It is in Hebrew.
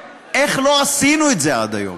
איך לא עשינו את זה עד היום?